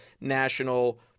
national